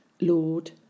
Lord